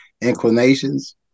inclinations